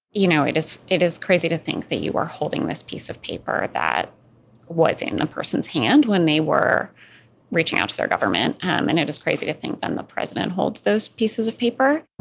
you know, it is it is crazy to think that you are holding this piece of paper that was in a person's hand when they were reaching out to their government um and it is crazy to think that then the president holds those pieces of paper